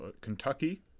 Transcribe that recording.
Kentucky